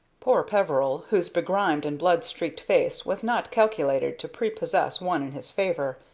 poor peveril, whose begrimed and blood-streaked face was not calculated to prepossess one in his favor,